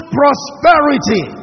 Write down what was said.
prosperity